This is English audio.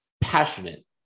passionate